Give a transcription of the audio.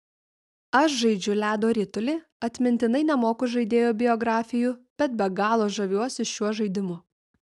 aš žaidžiu ledo ritulį atmintinai nemoku žaidėjų biografijų bet be galo žaviuosi šiuo žaidimu